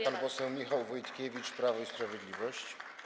Głos ma pan poseł Michał Wojtkiewicz, Prawo i Sprawiedliwość.